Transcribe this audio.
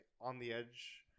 on-the-edge